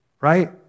Right